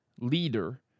leader